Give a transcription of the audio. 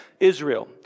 Israel